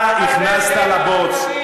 אתה הכנסת לבוץ.